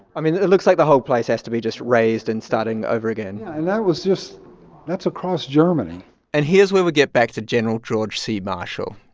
i mean, it looks like the whole place has to be just razed and starting over again yeah, and that was just that's across germany and here's where we get back to general george c. marshall.